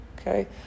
okay